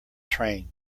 train